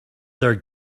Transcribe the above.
their